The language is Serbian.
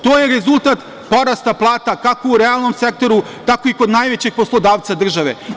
To je rezultat porasta plata kako u realnom sektoru, tako i kod najvećeg poslodavca države.